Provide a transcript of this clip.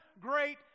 great